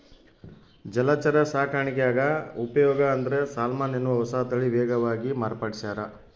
ಜಲಚರ ಸಾಕಾಣಿಕ್ಯಾಗ ಉಪಯೋಗ ಅಂದ್ರೆ ಸಾಲ್ಮನ್ ಎನ್ನುವ ಹೊಸತಳಿ ವೇಗವಾಗಿ ಮಾರ್ಪಡಿಸ್ಯಾರ